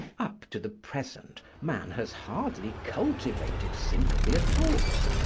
up to the present man has hardly cultivated sympathy at all.